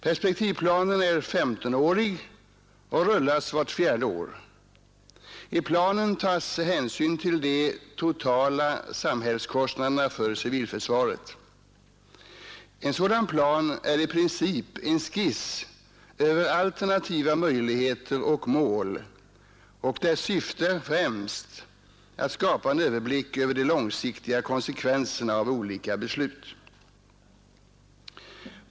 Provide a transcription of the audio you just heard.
Perspektivplanen är 15-årig och rullas vart fjärde år. I planen tas hänsyn till de totala samhällskostnaderna för civilförsvaret. En sådan plan är i 127 princip en skiss över alternativa möjligheter och mål och dess syfte främst att skapa en överblick över de långsiktiga konsekvenserna av olika beslut.